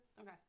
Okay